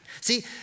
See